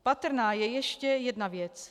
Patrná je ještě jedna věc.